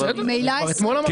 בסדר, כבר אתמול אמרת.